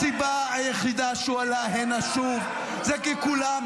הסיבה היחידה שהוא עלה הנה שוב ------- היא שכולם